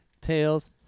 Tails